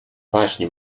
waśń